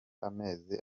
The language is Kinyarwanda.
amezi